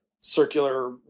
circular